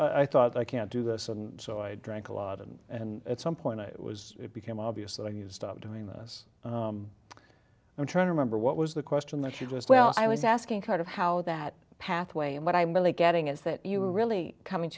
so i thought i can't do this and so i drank a lot and and at some point it was it became obvious that i used up doing this i'm trying to remember what was the question that you just well i was asking kind of how that pathway and what i'm really getting is that you were really coming